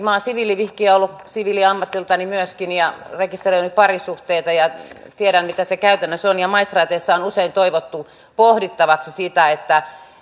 kun minä olen siviilivihkijä ollut siviiliammatiltani myöskin rekisteröinyt parisuhteita ja tiedän mitä se käytännössä on ja maistraateissa on usein toivottu pohdittavaksi sitä että